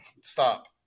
Stop